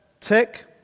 Tick